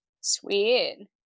Sweet